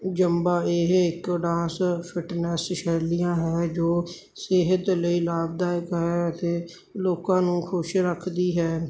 Zumba ਇਹ ਇੱਕ dance fitness ਸ਼ੈਲੀਆਂ ਹੈ ਜੋ ਸਿਹਤ ਲਈ ਲਾਭਦਾਇਕ ਹੈ ਅਤੇ ਲੋਕਾਂ ਨੂੰ ਖੁਸ਼ ਰੱਖਦੀ ਹੈ